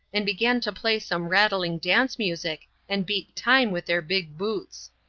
and began to play some rattling dance-music, and beat time with their big boots.